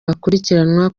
bakurikiranwa